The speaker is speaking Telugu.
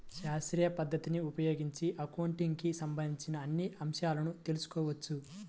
శాస్త్రీయ పద్ధతిని ఉపయోగించి అకౌంటింగ్ కి సంబంధించిన అన్ని అంశాలను తెల్సుకోవచ్చు